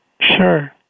Sure